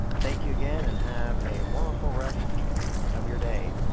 thank you again and have a wonderful rest of your day.